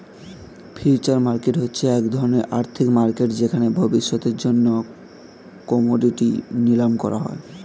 future market হচ্ছে এক ধরণের আর্থিক মার্কেট যেখানে ভবিষ্যতের জন্য কোমোডিটি নিলাম করা হয়